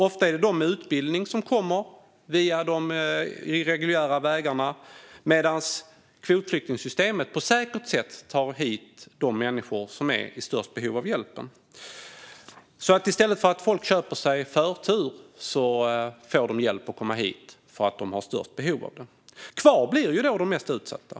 Ofta är det de med utbildning som kommer via de irreguljära vägarna medan kvotflyktingsystemet på ett säkert sätt tar hit de människor som är i störst behov av hjälp. I stället för att folk köper sig förtur får de hjälp att komma hit på grund av att de har störst behov av det. Kvar blir de mest utsatta.